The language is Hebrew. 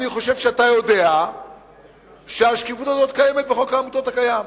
אני חושב שאתה יודע שהשקיפות הזאת קיימת בחוק העמותות הקיים.